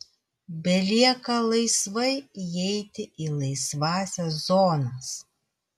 belieka laisvai įeiti į laisvąsias zonas